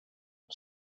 and